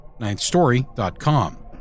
ninthstory.com